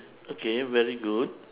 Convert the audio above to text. okay very good